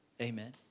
Amen